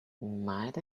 might